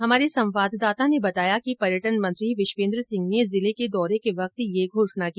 हमारे संवाददाता ने बताया कि पर्यटन मंत्री विश्वेन्द्र सिंह ने जिले के दौरे के वक्त यह घोषणा की